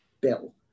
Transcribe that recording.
bill